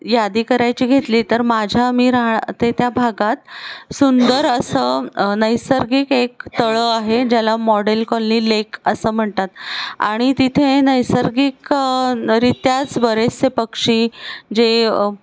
यादी करायची घेतली तर माझ्या मी राहते त्या भागात सुंदर असं नैसर्गिक एक तळं आहे ज्याला मॉडेल कॉलनी लेक असं म्हणतात आणि तिथे नैसर्गिक रित्याच बरेचसे पक्षी जे